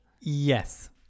Yes